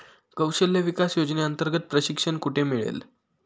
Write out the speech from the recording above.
कौशल्य विकास योजनेअंतर्गत प्रशिक्षण कुठे मिळेल?